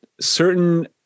certain